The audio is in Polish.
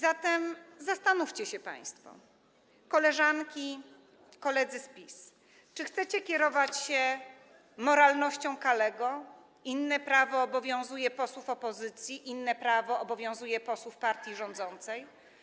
Zatem zastanówcie się państwo, koleżanki i koledzy z PiS, czy chcecie kierować się moralnością Kalego: inne prawo obowiązuje posłów opozycji, a inne prawo obowiązuje posłów partii rządzącej.